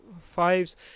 fives